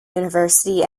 university